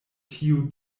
tiu